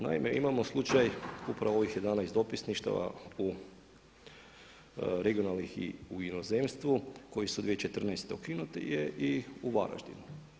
Naime, imamo slučaj upravo ovih dana iz dopisništava regionalnih i u inozemstvu koji su 2014. ukinuti je i u Varaždinu.